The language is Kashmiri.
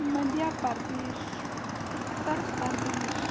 مَدیا پَردیش اُتَر پَردیش